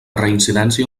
reincidència